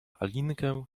alinkę